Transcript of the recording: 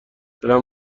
دلم